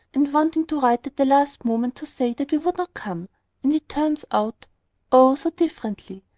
and wanting to write at the last moment to say that we would not come and it turns out oh, so differently!